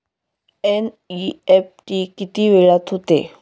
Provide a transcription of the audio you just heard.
NEFT किती वेळात होते?